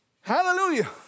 Hallelujah